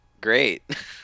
Great